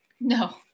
No